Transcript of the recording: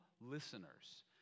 listeners